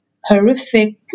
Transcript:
horrific